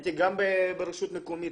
הייתי גם ברשות מקומית,